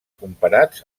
comparat